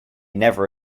never